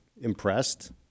impressed